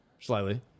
Slightly